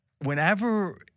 whenever –